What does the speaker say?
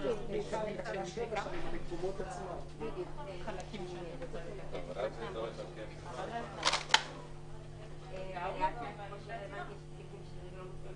הכניסה לתוקף שלהם היא לא בתום ה-24 שעות אלא עם הפרסום ברשומות,